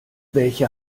welche